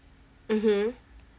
mmhmm